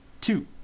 two